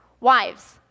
Wives